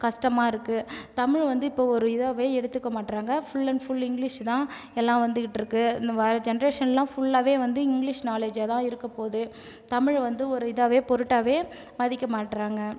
கஷ்டமாக இருக்கு தமிழ் வந்து இப்போ ஒரு இதுவே எடுத்துக்க மாட்டுறாங்க ஃ புல்லன் ஃபுல் இங்கிலீஷ் தான் எல்லாம் வந்துக்கிட்டு இருக்கு வர ஜெனரேஷன்லாம் ஃபுல்லாகவே வந்து இங்கிலீஷ் நாலேஜ் தான் இருக்க போது தமிழில் வந்து ஒரு இதாகவே பொருட்டாகவே மதிக்க மாட்டுறாங்க